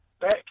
back